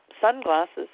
sunglasses